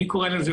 אני קורא לזה,